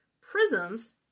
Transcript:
prisms